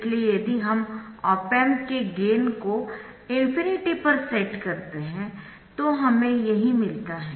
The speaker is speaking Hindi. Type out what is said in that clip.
इसलिए यदि हम ऑप एम्प के गेन को ∞ पर सेट करते है तो हमें यही मिलता है